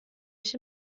ich